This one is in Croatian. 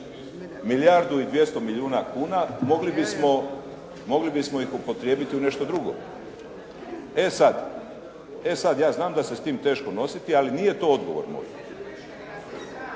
milijardu i 200 milijuna kuna, mogli bismo ih upotrijebiti u nešto drugo. E sad, e sad ja znam da se s tim teško nositi, ali nije to odgovor moj.